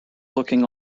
looking